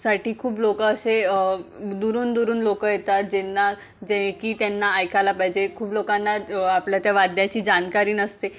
साठी खूप लोक असे दुरून दुरून लोक येतात ज्यांना जे की त्यांना ऐकायला पाहिजे खूप लोकांना आपल्या त्या वाद्याची जानकारी नसते